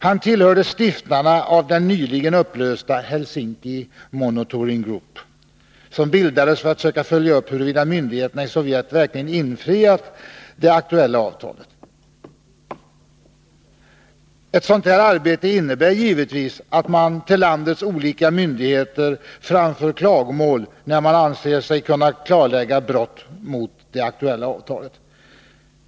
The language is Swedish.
Han tillhörde stiftarna av den nyligen upplösta Helsinki Monitoring Group, som bildades för att försöka följa upp huruvida myndigheterna i Sovjet verkligen infriade det aktuella avtalet. Ett sådant arbete innebär givetvis att man till landets olika myndigheter framför klagomål, när man anser sig kunna klarlägga brott mot avtalet.